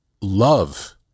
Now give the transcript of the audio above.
love